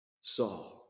Saul